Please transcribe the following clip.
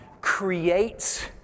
creates